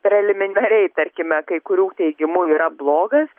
preliminariai tarkime kai kurių teigimu yra blogas